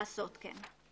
לעשות כן.